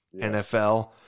NFL